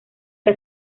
que